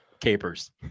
Capers